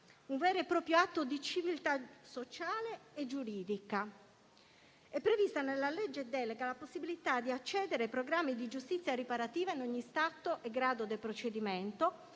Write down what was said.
un vero e proprio atto di civiltà sociale e giuridica. È prevista nella legge delega la possibilità di accedere ai programmi di giustizia riparativa in ogni stato e grado del procedimento